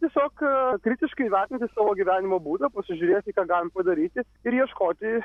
tiesiog kritiškai įvertinti savo gyvenimo būdą pasižiūrėti ką galima padaryti ir ieškoti